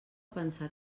pensar